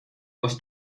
was